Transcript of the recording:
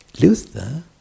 Luther